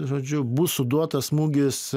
žodžiu bus suduotas smūgis